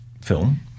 film